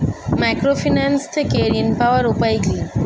Microfinance থেকে ঋণ পাওয়ার উপায় কি?